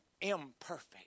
imperfect